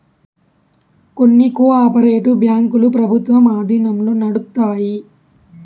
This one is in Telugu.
కొన్ని కో ఆపరేటివ్ బ్యాంకులు ప్రభుత్వం ఆధీనంలో నడుత్తాయి